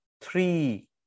three